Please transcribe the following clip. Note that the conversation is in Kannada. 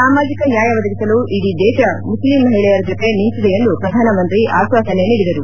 ಸಾಮಾಜಿಕ ನ್ಯಾಯ ಒದಗಿಸಲು ಇಡೀ ದೇಶ ಮುಸ್ಲಿಂ ಮಹಿಳೆಯರ ಜೊತೆ ನಿಂತಿದೆ ಎಂದು ಪ್ರಧಾನಮಂತ್ರಿ ಆಶ್ವಾಸನೆ ನೀಡಿದರು